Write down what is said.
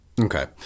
Okay